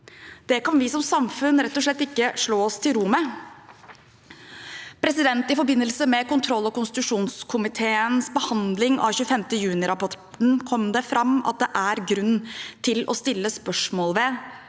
Det kan vi som samfunn rett og slett ikke slå oss til ro med. I forbindelse med kontroll- og konstitusjonskomiteens behandling av 25. juni-rapporten kom det fram at det er grunn til å stille spørsmål ved